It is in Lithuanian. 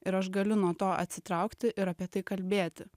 ir aš galiu nuo to atsitraukti ir apie tai kalbėti